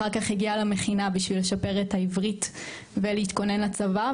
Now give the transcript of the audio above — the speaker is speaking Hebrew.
אחר כך הגיעה למכינה בשביל לשפר את העברית ולהתכונן לצבא,